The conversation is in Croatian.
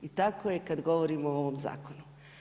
I tako je kada govorimo o ovom zakonu.